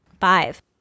five